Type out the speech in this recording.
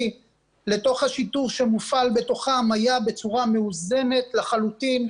לשיטור שמופעל בתוכם היה בצורה מאוזנת לחלוטין,